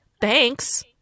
thanks